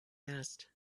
asked